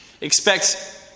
Expect